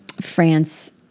France